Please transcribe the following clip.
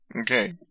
Okay